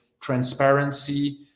transparency